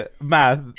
math